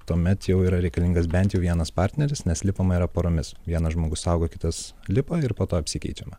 tuomet jau yra reikalingas bent jau vienas partneris nes lipama yra poromis vienas žmogus saugo kitas lipa ir po to apsikeičiama